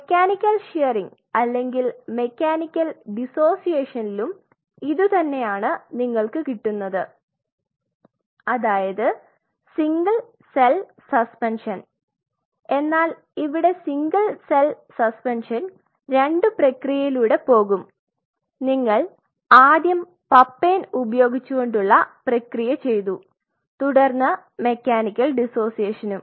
mechanical shearing അല്ലെങ്കിൽ mechanical ഡിസോസിയേഷൻലും ഇതു തന്നെയാണ് നിങ്ങൾക്ക് കിട്ടുന്നത് അതായത് സിംഗിൾ സെൽ സസ്പെൻഷൻ എന്നാൽ ഇവിടെ സിംഗിൾ സെൽ സസ്പെൻഷൻ 2 പ്രക്രിയയിലൂടെ പോകും നിങ്ങൾ ആദ്യം പപ്പെയ്ൻ ഉപയോഗിച്ചുകൊണ്ടുള്ള പ്രക്രിയ ചെയ്തു തുടർന്ന് മെക്കാനിക്കൽ ഡിസോസിയേഷനും